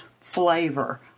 flavor